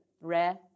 Rare